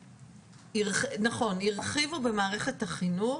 נכון, הרחיבו במערכת החינוך,